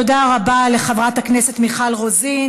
תודה רבה לחברת הכנסת מיכל רוזין.